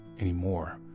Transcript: anymore